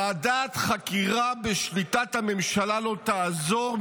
ועדת חקירה בשליטת הממשלה לא תעזור,